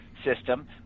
system